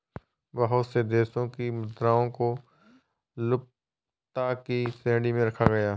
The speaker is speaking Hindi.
बहुत से देशों की मुद्राओं को लुप्तता की श्रेणी में रखा गया है